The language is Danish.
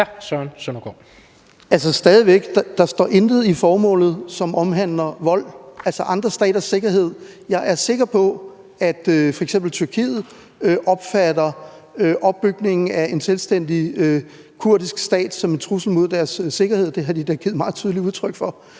stadig væk intet i formålet, som omhandler vold. Altså, hvad angår andre staters sikkerhed, er jeg sikker på, at f.eks. Tyrkiet opfatter opbygningen af en selvstændig kurdisk stat som en trussel mod deres sikkerhed; det har de da givet meget tydeligt udtryk for.